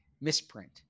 misprint